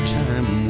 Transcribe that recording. time